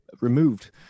removed